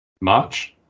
march